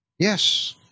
Yes